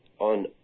on